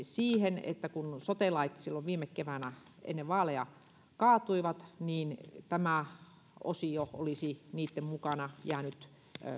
siihen että kun sote lait silloin viime keväänä ennen vaaleja kaatuivat niin tämä osio olisi niitten mukana jäänyt